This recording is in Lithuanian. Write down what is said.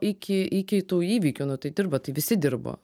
iki iki tų įvykių nu tai dirbo bu tai visi dirbo